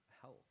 health